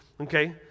Okay